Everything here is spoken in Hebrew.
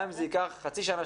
גם אם זה ייקח חצי שנה,